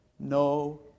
No